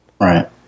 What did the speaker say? right